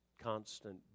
constant